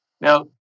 Now